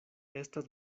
estas